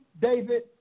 David